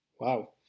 Wow